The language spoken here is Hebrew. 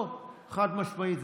לא, חד-משמעית.